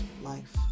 life